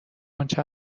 آنچه